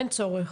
אין צורך.